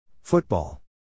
Football